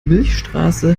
milchstraße